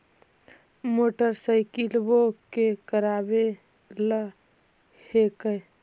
मोटरसाइकिलवो के करावे ल हेकै?